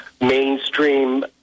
mainstream